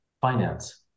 finance